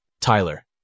Tyler